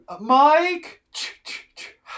Mike